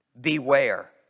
Beware